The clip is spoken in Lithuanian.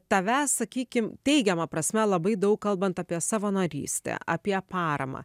tavęs sakykim teigiama prasme labai daug kalbant apie savanorystę apie paramą